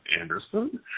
Anderson